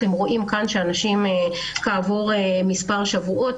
אתם רואים שכעבור מספר שבועות,